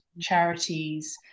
charities